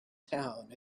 town